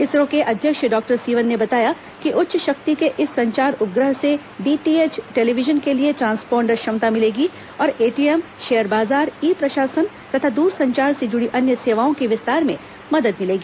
इसरो के अध्यक्ष डॉक्टर सिवन ने बताया कि उच्च शक्ति के इस संचार उपग्रह से डीटीएच टेलीविजन के लिए ट्रांसपॉन्डर क्षमता मिलेगी और एटीएम शेयर बाजार ई प्रशासन तथा दूरसंचार से जुड़ी अन्य सेवाओं को विस्तार में मदद मिलेगी